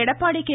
Edappadi K